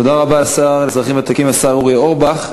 תודה רבה לשר לאזרחים ותיקים, השר אורי אורבך.